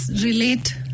relate